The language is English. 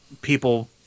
people